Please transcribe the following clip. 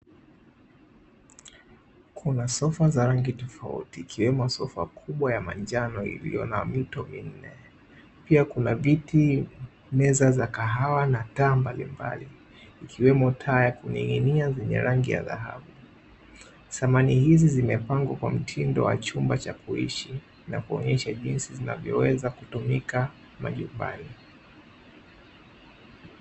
Kuna sofa za rangi tofauti, ikiwemo sofa kubwa ya manjano iliyo na mito minne. Pia kuna viti, meza za kahawa na taa mbalimabli ikiwemo taa ya kuning'inia yenye rangi ya dhahabu. Samani hizi zimepangwa kwa mtindo wa chumba cha kuishi, na kuonyesha jinsi zinavyoweza kutumika majumbani.